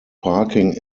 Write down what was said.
parking